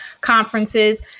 conferences